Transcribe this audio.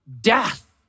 death